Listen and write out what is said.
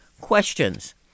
questions